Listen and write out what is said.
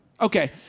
Okay